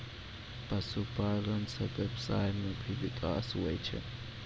पशुपालन से व्यबसाय मे भी बिकास हुवै छै